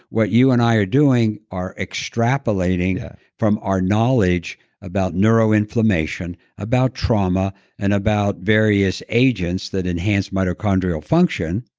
what you and i are doing are extrapolating from our knowledge about neuroinflammation, about trauma and about various agents that enhance mitochondrial function,